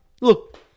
look